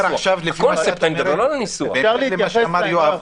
תכף נקריא אותו ונדון בו, והדבר